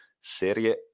Serie